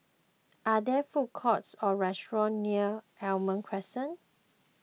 are there food courts or restaurants near Almond Crescent